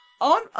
on